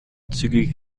zügig